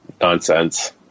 nonsense